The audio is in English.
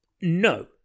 No